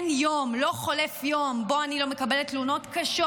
לא חולף יום שבו אני לא מקבלת תלונות קשות